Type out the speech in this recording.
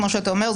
כמו שאתה אומר,